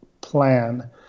plan